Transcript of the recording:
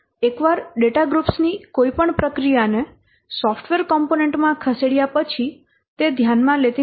એકવાર data groups ની કોઈપણ પ્રક્રિયાને સોફ્ટવેર કૉમ્પોનેન્ટ માં ખસેડ્યા પછી તે ધ્યાનમાં લેતી નથી